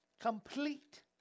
complete